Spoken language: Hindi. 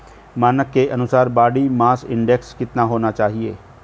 मानक के अनुसार बॉडी मास इंडेक्स कितना होना चाहिए?